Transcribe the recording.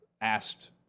asked